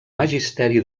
magisteri